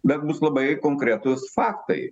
bet bus labai konkretūs faktai